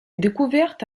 découverte